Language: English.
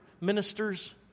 ministers